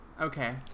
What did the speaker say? Okay